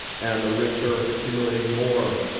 and the rich are accumulating more,